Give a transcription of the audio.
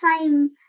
time